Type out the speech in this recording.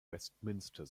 westminster